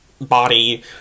body